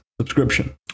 subscription